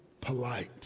polite